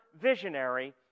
visionary